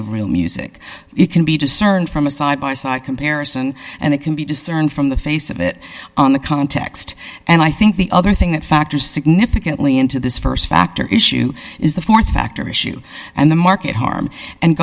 of real music it can be discerned from a side by side comparison and it can be discerned from the face of it on the context and i think the other thing that factors significantly into this st factor issue is the th factor issue and the market harm and